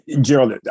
Gerald